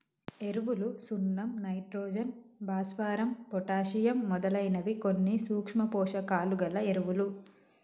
ఎరువులు సున్నం నైట్రోజన్, భాస్వరం, పొటాషియమ్ మొదలైనవి కొన్ని సూక్ష్మ పోషకాలు గల ఎరువులు